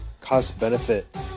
cost-benefit